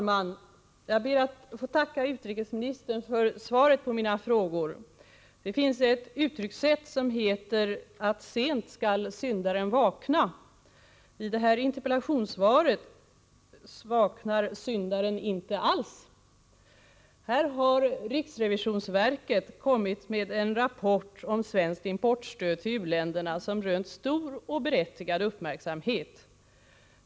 Herr talman! Jag ber att få tacka utrikesministern för svaret på mina frågor. Det finns ett uttryckssätt som säger att sent skall syndaren vakna. I det här interpellationssvaret vaknar syndaren inte alls. Här har riksrevisionsverket kommit med en rapport om svenskt importstöd till u-länderna som rönt stor och berättigad uppmärksamhet.